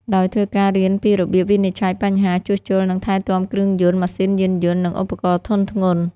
ដោយធ្វើការរៀនពីរបៀបវិនិច្ឆ័យបញ្ហា ជួសជុល និងថែទាំគ្រឿងយន្ត ម៉ាស៊ីនយានយន្ត និងឧបករណ៍ធុនធ្ងន់។